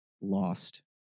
lost